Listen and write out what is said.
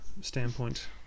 standpoint